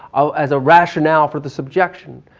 ah as a rationale for the subjection.